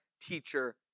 teacher